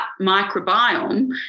microbiome